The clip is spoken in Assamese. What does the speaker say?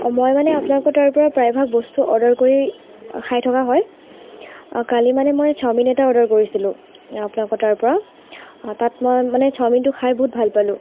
মই মানে আপোনাকৰ তাৰপৰা প্ৰায়ভাগ বস্তু অৰ্ডাৰ কৰি খাই থকা হয় কালি মানে মই চাওমিন এটা অৰ্ডাৰ কৰিছিলোঁ আপোনাকৰ তাৰপৰা তাত মই মানে চাওমিনটো খাই বহুত ভাল পালোঁ